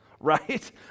Right